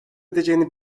edeceğini